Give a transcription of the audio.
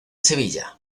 sevilla